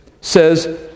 says